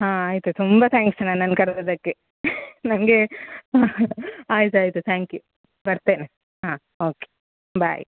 ಹಾಂ ಆಯಿತು ತುಂಬ ಥ್ಯಾಂಕ್ಸ್ ನನ್ನನ್ನು ಕರ್ದದ್ದಕ್ಕೆ ನನಗೆ ಆಯಿತಾಯ್ತು ಥ್ಯಾಂಕ್ ಯು ಬರ್ತೇನೆ ಹಾಂ ಓಕೆ ಬಾಯ್